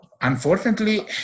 Unfortunately